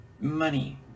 money